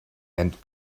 and